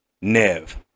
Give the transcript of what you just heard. Nev